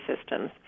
systems